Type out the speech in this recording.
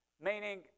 Meaning